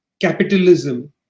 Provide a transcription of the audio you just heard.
capitalism